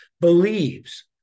believes